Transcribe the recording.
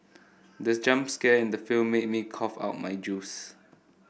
the jump scare in the film made me cough out my juice